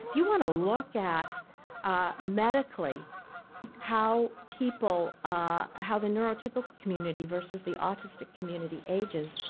if you want to look at medically how people ah ah how the neurotypical community versus the autistic community ages,